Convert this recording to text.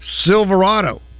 Silverado